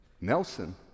Nelson